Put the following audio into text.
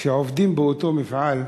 שעובדים באותו מפעל,